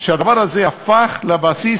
דבר שהפך לבסיס